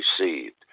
received